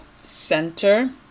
center